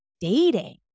dating